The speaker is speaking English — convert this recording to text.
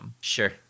Sure